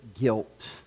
guilt